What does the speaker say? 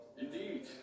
Indeed